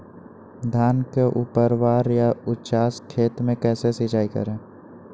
धान के ऊपरवार या उचास खेत मे कैसे सिंचाई करें?